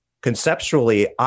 conceptually